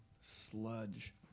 Sludge